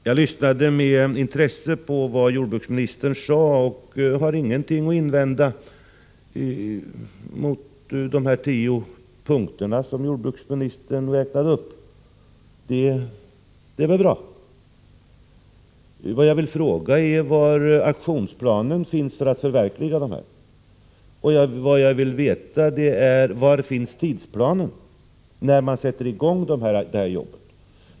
Jag lyssnade med intresse på vad jordbruksministern sade, och jag har ingenting att invända mot de tio punkterna som jordbruksministern räknade upp. De verkar bra. Jag vill fråga var aktionsplanen för att förverkliga det här är. Jag vill vidare veta var tidsplanen för att sätta i gång jobbet finns.